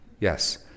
Yes